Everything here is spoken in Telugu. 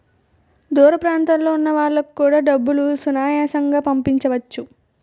దూర ప్రాంతంలో ఉన్న వాళ్లకు కూడా డబ్బులు సునాయాసంగా పంపించవచ్చు